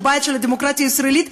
שהוא בית הדמוקרטיה הישראלית,